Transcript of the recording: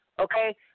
Okay